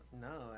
no